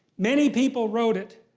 many people wrote it.